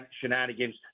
shenanigans